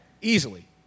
easily